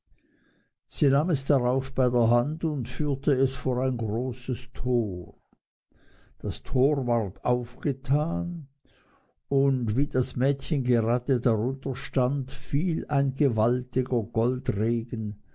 sie nahm es darauf bei der hand und führte es vor ein großes tor das tor ward aufgetan und wie das mädchen gerade darunter stand fiel ein gewaltiger goldregen